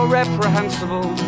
reprehensible